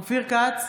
אופיר כץ,